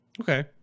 Okay